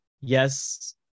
yes